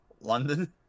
london